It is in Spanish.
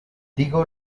digo